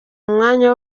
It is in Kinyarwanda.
umwanya